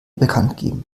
bekanntgeben